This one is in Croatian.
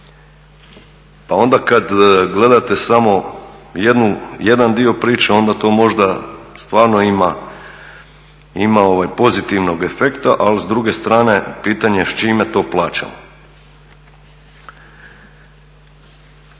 pa onda kad gledate smo jednu, jedan dio priče onda to možda stvarno ima pozitivnog efekta ali s druge strane pitanje s čime to plaćamo?